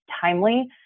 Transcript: timely